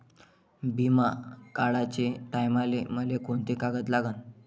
बिमा काढाचे टायमाले मले कोंते कागद लागन?